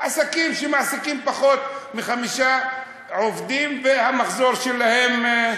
עסקים שמעסיקים פחות מחמישה עובדים והמחזור שלהם,